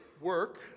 work